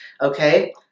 Okay